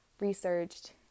researched